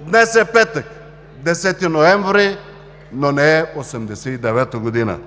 Днес е петък – 10 ноември, но не е 1989 г.